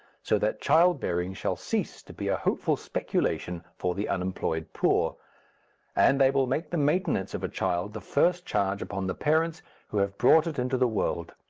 so that childbearing shall cease to be a hopeful speculation for the unemployed poor and they will make the maintenance of a child the first charge upon the parents who have brought it into the world.